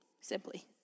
simply